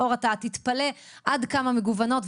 אור, אתה תתפלא עד כמה מגוונות.